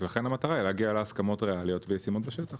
אז לכן המטרה היא להגיע להסכמות ריאליות וישימות בשטח.